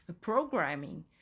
programming